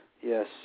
Yes